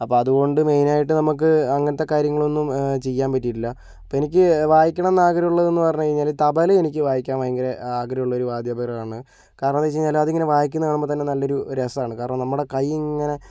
അപ്പോൾ അതുകൊണ്ട് മെയിനായിട്ട് നമ്മൾക്ക് അങ്ങനത്തെ കാര്യങ്ങളൊന്നും ചെയ്യാൻ പറ്റിയിട്ടില്ല ഇപ്പോൾ എനിക്ക് വായിക്കണം എന്ന് ആഗ്രഹമുള്ളത് എന്ന് പറഞ്ഞുകഴിഞ്ഞാല് തബല എനിക്ക് വായിക്കാൻ ഭയങ്കര ആഗ്രഹം ഉള്ള ഒരു വാദ്യോപകരണമാണ് കാരണം എന്താണെന്ന് വെച്ചുകഴിഞ്ഞാൽ അത് ഇങ്ങനെ വായിക്കുന്നത് കാണുമ്പോൾ തന്നെ നല്ലൊരു രസമാണ് കാരണം നമ്മുടെ കൈ ഇങ്ങനെ